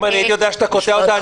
אם הייתי יודע שאתה קוטע אותה,